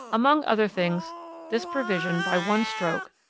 among other things this provision, by one stroke,